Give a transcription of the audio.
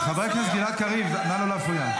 חבר הכנסת גלעד קריב, נא לא להפריע.